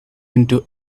into